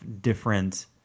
different